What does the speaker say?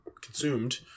consumed